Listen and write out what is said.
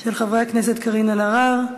של חברי הכנסת קארין אלהרר,